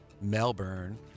Melbourne